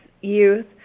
youth